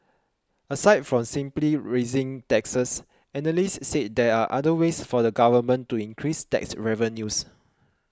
aside from simply raising taxes analysts said there are other ways for the government to increase tax revenues